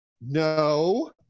no